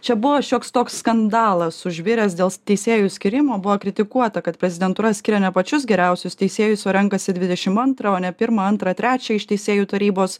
čia buvo šioks toks skandalas užviręs dėl teisėjų skyrimo buvo kritikuota kad prezidentūra skiria ne pačius geriausius teisėjus o renkasi dvidešim antrą o ne pirmą antrą trečią iš teisėjų tarybos